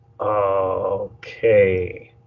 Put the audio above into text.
Okay